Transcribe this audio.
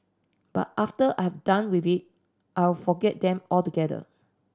but after I'm done with it I'll forget them altogether